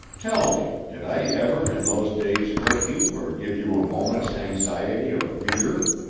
tell me, did i ever in those days hurt you or give you a moment's anxiety or fear?